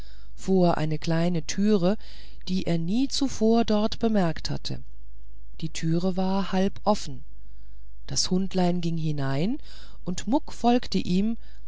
vor eine kleine türe die er nie zuvor dort bemerkt hatte die türe war halb offen das hundlein ging hinein und muck folgte ihm